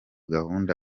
gahunda